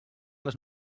les